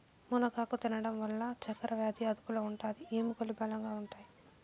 మునగాకు తినడం వల్ల చక్కరవ్యాది అదుపులో ఉంటాది, ఎముకలు బలంగా ఉంటాయి